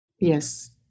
Yes